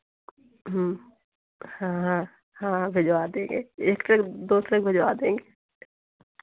हाँ हाँ हाँ हाँ भिजवा देंगे एक ट्रक दो ट्रक भिजवा देंगे